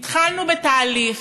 התחלנו בתהליך,